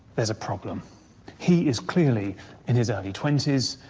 there's a problem he is clearly in his early twenties,